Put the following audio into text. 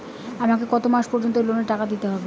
আমাকে কত মাস পর্যন্ত এই লোনের টাকা দিতে হবে?